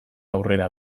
aurrera